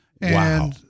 Wow